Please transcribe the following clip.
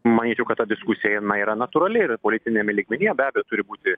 manyčiau kad ta diskusija yra natūrali ir politiniame lygmenyje bet turi būti